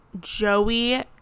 Joey